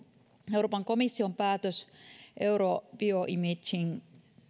euroopan komission päätös euro bioimagingin